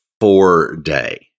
four-day